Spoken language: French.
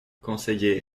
conseillait